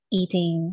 eating